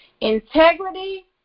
Integrity